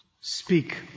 Speak